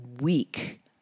week